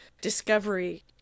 discovery